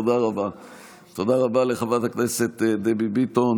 תודה רבה לחברת הכנסת דבי ביטון.